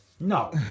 no